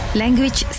language